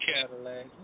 Cadillac